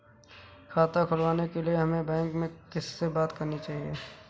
खाता खुलवाने के लिए हमें बैंक में किससे बात करनी चाहिए?